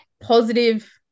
positive